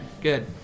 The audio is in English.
good